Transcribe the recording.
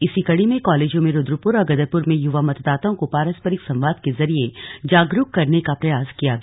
इसी कड़ी में कॉलेजों में रुद्रपुर और गदरपुर में युवा मतदाताओं को पारस्परिक संवाद के जरिए जागरूक करने का प्रयास किया गया